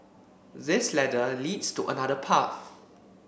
this ladder leads to another path